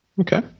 Okay